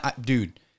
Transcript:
Dude